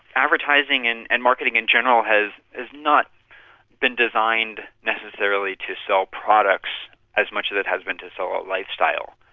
advertising and and marketing in general has has not been designed necessarily to sell products as much as it has been to sell a lifestyle,